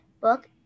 book